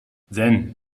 then